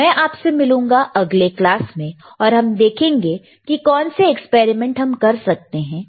तो मैं आपसे मिलूंगा अगले क्लास में और हम देखेंगे कि कौन से एक्सपेरिमेंट हम कर सकते हैं